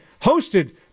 hosted